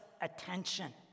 attention